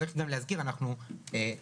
צריך גם להזכיר שאנחנו שלא הכל פה זה מדינה.